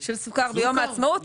של סוכר ביום העצמאות.